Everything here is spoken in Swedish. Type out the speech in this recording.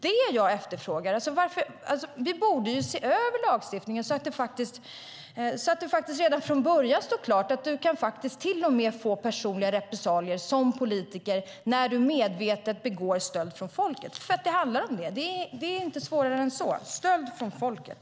Det jag efterfrågar är att lagstiftningen borde ses över så att det redan från början står klart att det kan bli personliga repressalier för politiker när de medvetet begår stöld från folket. För det är vad det handlar om. Det är inte svårare än så - stöld från folket!